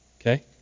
Okay